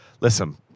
listen